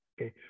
okay